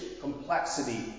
complexity